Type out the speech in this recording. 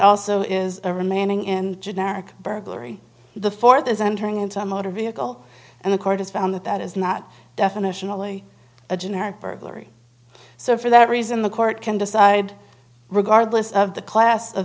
also is a remaining in generic burglary the fourth is entering into a motor vehicle and the court has found that that is not definitional ie a generic burglary so for that reason the court can decide regardless of the class a